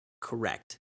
Correct